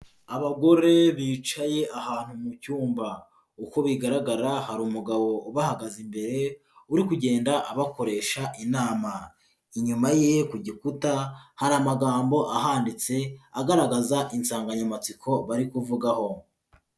Abagore bicaye ahantu mu cyumba, uko bigaragara hari umugabo ubahagaze imbere uri kugenda abakoresha inama, inyuma ye ku gikuta hari amagambo ahanditse agaragaza insanganyamatsiko bari kuvugaho.